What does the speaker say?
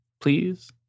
please